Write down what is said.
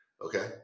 okay